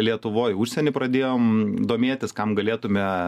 lietuvoj užsieny pradėjom domėtis kam galėtume